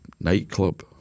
nightclub